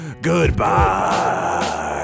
Goodbye